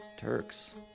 Turks